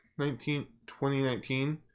2019